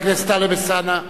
חבר הכנסת טלב אלסאנע.